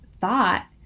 thought